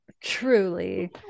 Truly